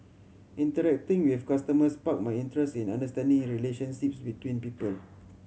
interacting with customers sparked my interest understanding relationships between people